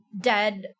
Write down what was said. dead